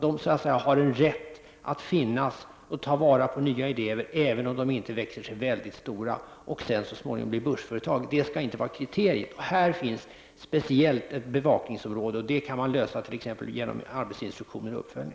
De har rätt att finnas och ta vara på nya idéer, även om de inte vuxit sig väldigt stora och så småningom blir börsföretag. Det skall inte vara kriteriet. Här finns ett speciellt bevakningsområde. Bevakning kan genomföras t.ex. med arbetsinstruktioner och uppföljning.